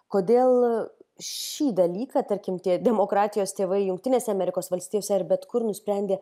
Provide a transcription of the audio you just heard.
kodėl šį dalyką tarkim tie demokratijos tėvai jungtinėse amerikos valstijose ar bet kur nusprendė